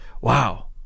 wow